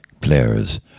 players